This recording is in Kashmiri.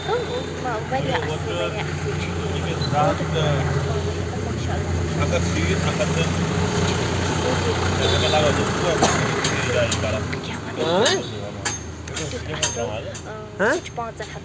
مطلب واریاہ اصٕل واریاہ اصٕل تیٛوتھ اصٕل ٲں سُہ چھُ پانٛژَن ہَتَن